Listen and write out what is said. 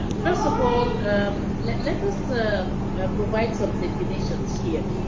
first of all, um let let us ah and provide some definitions here.